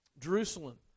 Jerusalem